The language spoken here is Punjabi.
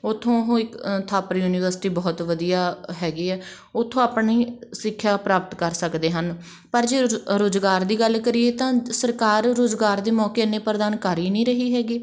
ਉੱਥੋਂ ਉਹ ਇੱਕ ਥਾਪਰ ਯੂਨੀਵਰਸਿਟੀ ਬਹੁਤ ਵਧੀਆ ਹੈਗੀ ਆ ਉੱਥੋਂ ਆਪਣੀ ਸਿੱਖਿਆ ਪ੍ਰਾਪਤ ਕਰ ਸਕਦੇ ਹਨ ਪਰ ਜੇ ਰੁਜ਼ਗਾਰ ਦੀ ਗੱਲ ਕਰੀਏ ਤਾਂ ਸਰਕਾਰ ਰੋਜ਼ਗਾਰ ਦੇ ਮੌਕੇ ਇੰਨੇ ਪ੍ਰਦਾਨ ਕਰ ਹੀ ਨਹੀਂ ਰਹੀ ਹੈਗੀ